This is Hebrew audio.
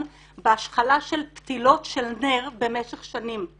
בהשחלה של פתיליות של נר במשך שנים.